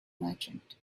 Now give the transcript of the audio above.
merchant